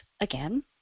again